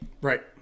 Right